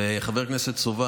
וחבר הכנסת סובה,